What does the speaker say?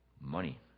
Money